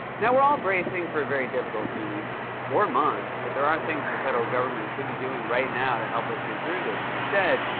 now, we're all bracing for a very difficult few weeks or months, but there are things the federal government could be doing right now to help us get through this. instead,